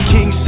King